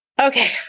Okay